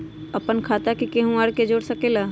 अपन खाता मे केहु आर के जोड़ सके ला?